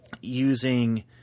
using